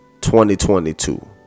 2022